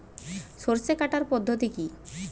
সরষে কাটার পদ্ধতি কি?